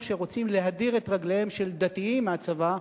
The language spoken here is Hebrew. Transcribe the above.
שרוצים להדיר את רגליהם של דתיים מהצבא,